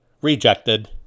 rejected